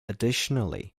additionally